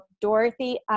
Dorothy